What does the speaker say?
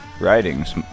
writings